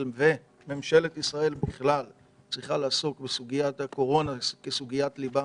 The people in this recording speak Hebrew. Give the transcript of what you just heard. הכנסת והממשלה צריכות לעסוק בקורונה כסוגיית ליבה,